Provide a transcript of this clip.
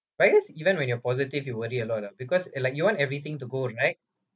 but is even when you're positive you worry a lot ah because it like you want everything to go right